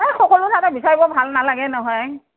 এই সকলো ঠাইতে বিচাৰিব ভাল নালাগে নহয়